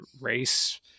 race